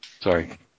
Sorry